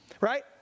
right